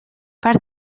per